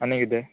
आनी किदें